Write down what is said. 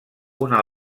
una